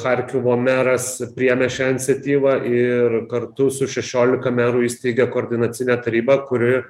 charkivo meras priėmė šią iniciatyvą ir kartu su šešiolika merų įsteigė koordinacinę tarybą kuri